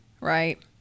Right